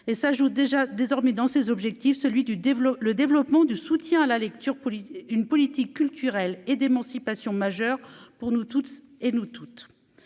et ça joue déjà désormais dans ses objectifs, celui du développement, le développement de soutien à la lecture pour une politique culturelle et d'émancipation majeur pour nous tous et nous toute